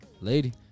Lady